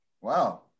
Wow